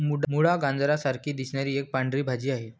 मुळा, गाजरा सारखी दिसणारी एक पांढरी भाजी आहे